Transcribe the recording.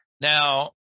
Now